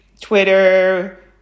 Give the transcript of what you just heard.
Twitter